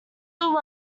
little